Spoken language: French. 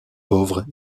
pauvre